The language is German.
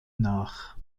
nach